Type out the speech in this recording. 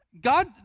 God